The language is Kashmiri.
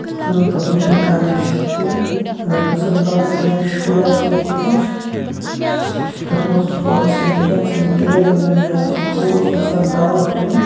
تہٕ تَتھ منٛز چھِ ہٮ۪کان گٔژِتھ تہِ نتہٕ کُنہِ ساتہٕ بالٹیٖن یا شُر آسہِ یا کیٚنٛہہ آسہِ سُہ تہِ ہیٚکہِ تَتھ منٛز ۄۄٹھ ژھنِتھ یا کینہہ گِندان گِندان یا کھوژ کُنہِ ساتہٕ دو تُجِن